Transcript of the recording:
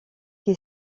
qui